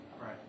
Right